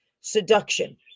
Seduction